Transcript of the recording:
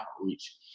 outreach